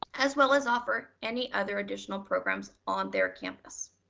as well as offer any other additional programs on their campus.